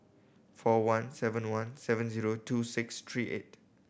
four one seven one seven zero two six three eight